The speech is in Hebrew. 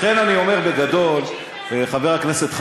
לכן אני אומר בגדול, חבר הכנסת חנין,